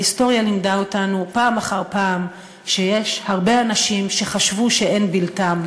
ההיסטוריה לימדה אותנו פעם אחר פעם שיש הרבה אנשים שחשבו שאין בלתם,